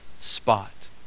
spot